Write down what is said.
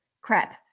crap